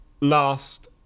last